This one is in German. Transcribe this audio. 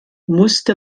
musste